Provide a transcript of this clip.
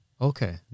Okay